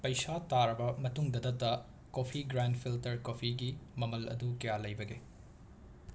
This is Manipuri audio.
ꯄꯩꯁꯥ ꯇꯥꯔꯕ ꯃꯇꯨꯡꯗꯗꯇ ꯀꯣꯐꯤ ꯒ꯭ꯔꯥꯟ ꯐꯤꯜꯇꯔ ꯀꯣꯐꯤꯒꯤ ꯃꯃꯜ ꯑꯗꯨ ꯀꯌꯥ ꯂꯩꯕꯒꯦ